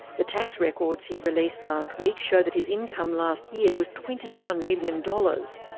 the tax records he released last week show that his income last year was twenty one million dollars